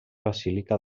basílica